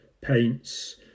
paints